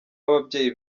ababyeyi